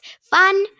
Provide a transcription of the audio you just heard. Fun